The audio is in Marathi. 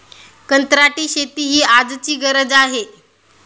कंत्राटी शेती ही आजची गरज आहे